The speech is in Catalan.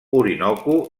orinoco